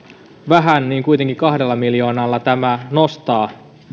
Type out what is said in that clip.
vähän kuitenkin kahdella miljoonalla tämä nostaa